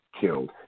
killed